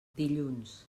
dilluns